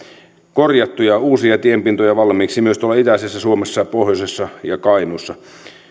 korjattua ja uusia tienpintoja valmiiksi myös itäisessä suomessa pohjoisessa ja kainuussa